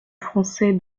français